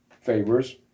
favors